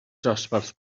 dosbarth